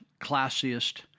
classiest